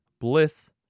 Bliss